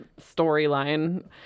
storyline